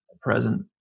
present